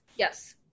Yes